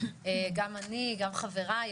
גם אני וגם חברי,